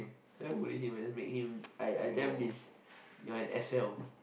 never bully him I just make him I I tell him you're an S_L